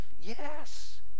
yes